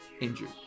injured